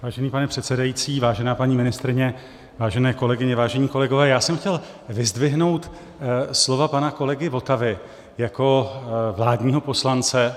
Vážený pane předsedající, vážená paní ministryně, vážené kolegyně, vážení kolegové, já jsem chtěl vyzdvihnout slova pana kolegy Votavy jako vládního poslance.